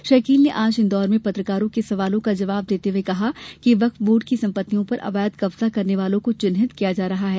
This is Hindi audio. श्री अकील ने आज इंदौर में पत्रकारों के सवालों का जवाब देते हुए कहा कि वक्फ बोर्ड की संपत्तियों पर अवैध कब्जा करने वालों को चिन्हित किया जा रहा है